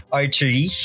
archery